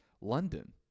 London